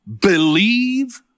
Believe